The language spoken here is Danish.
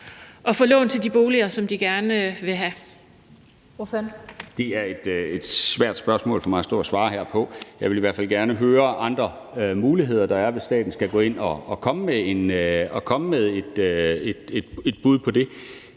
Kl. 17:03 Niels Flemming Hansen (KF): Det er et svært spørgsmål for mig at stå og svare på her. Jeg vil i hvert fald gerne høre, hvilke andre muligheder der er, hvis staten skal gå ind i det og komme med et bud på det.